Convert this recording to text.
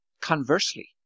conversely